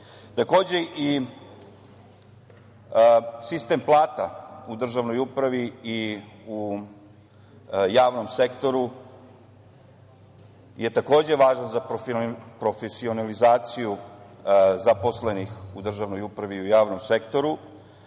godine. Takođe, sistem plata u državnoj upravi i u javnom sektoru je takođe važan za profesionalizaciju zaposlenih u državnoj upravi, u javnom sektoru.